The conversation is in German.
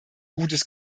gutes